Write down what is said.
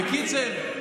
בקיצר,